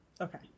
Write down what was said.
Okay